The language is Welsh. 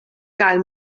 gael